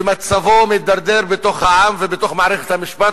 ומצבו מידרדר בתוך העם ובתוך מערכת המשפט,